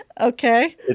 Okay